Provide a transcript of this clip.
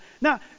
Now